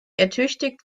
ertüchtigt